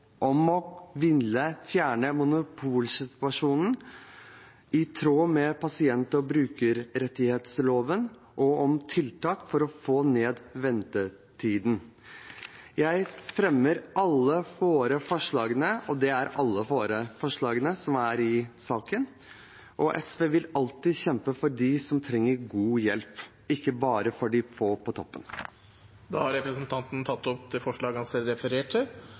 om å ville fjerne monopolsituasjonen, om tiltak i tråd med pasient- og brukerrettighetsloven, og om tiltak for å få ned ventetiden. Jeg fremmer alle våre forslag i saken, og SV vil alltid kjempe for dem som trenger god hjelp, ikke bare for de få på toppen. Representanten Nicholas Wilkinson har tatt opp de forslagene han refererte